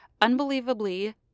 unbelievably